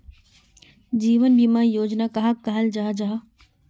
जीवन बीमा योजना कहाक कहाल जाहा जाहा?